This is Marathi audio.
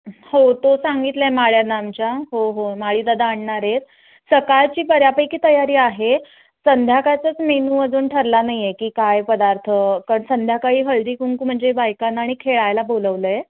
हो तो सांगितलं आहे माळ्यानं आमच्या हो हो माळी दादा आणणार आहेत सकाळची बऱ्यापैकी तयारी आहे संध्याकाळचंच मेनू अजून ठरला नाही आहे की काय पदार्थ कारण संध्याकाळी हळदी कुंकू म्हणजे बायकांना आणि खेळायला बोलवलं आहे